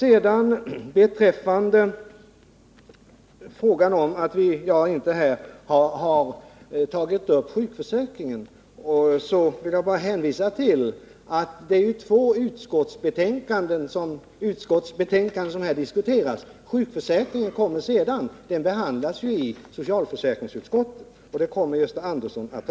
Beträffande frågan varför jag inte här har tagit upp sjukförsäkringen vill jag bara hänvisa till att det är två utskottsbetänkanden som nu diskuteras. Frågan om sjukförsäkringen kommer sedan — den behandlas ju i socialförsäkringsutskottets betänkande — och den frågan kommer Gösta Andersson att ta